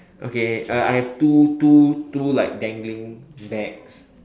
okay uh I have two two two like dangling bags